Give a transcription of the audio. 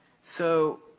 so,